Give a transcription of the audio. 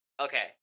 Okay